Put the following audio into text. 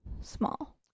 Small